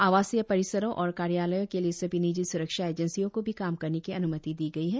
आवासीय परिसरों और कार्यालयों के लिए सभी निजी स्रक्षा एजेंसियों को भी काम करने की अन्मति दी गई है